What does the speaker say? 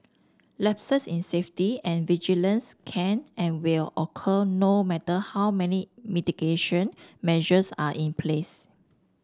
lapses in safety and vigilance can and will occur no matter how many mitigation measures are in place